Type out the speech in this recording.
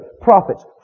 prophets